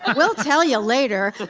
ah we'll tell you later.